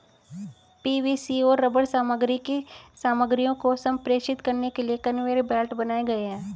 PVC और rubber सामग्री की सामग्रियों को संप्रेषित करने के लिए कन्वेयर बेल्ट बनाए गए हैं